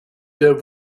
der